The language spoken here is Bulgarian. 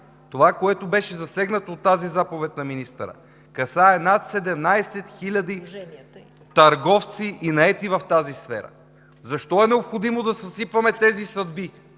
това, което беше засегнато от тази заповед на министъра, касае над 17 000 търговци и наети в тази сфера. Защо е необходимо да съсипваме тези съдби